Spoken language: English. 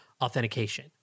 authentication